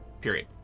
Period